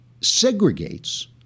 segregates